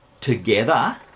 together